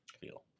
feel